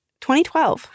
2012